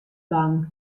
bang